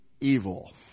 evil